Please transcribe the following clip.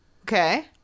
okay